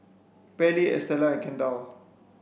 Pairlee Estela and Kendall